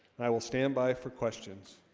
i? will stand by for questions?